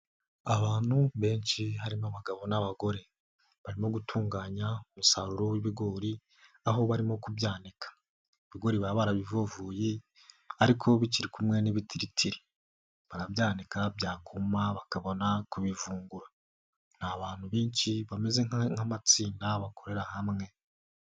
Abantu benshi harimo abagabo n'abagore. Barimo gutunganya umusaruro w'ibigori aho barimo kubyanika. Ibigori baba barabivovoye ariko bikiri kumwe n'ibitiritiri. Barabika byankuma bakabona kubivungura. Ni abantu benshi bameze nk'amatsinda bakorera hamwe.